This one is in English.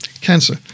cancer